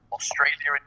Australia